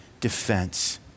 defense